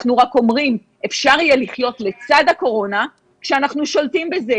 אנחנו רק אומרים: אפשר יהיה לחיות לצד הקורונה כשאנחנו שולטים בזה.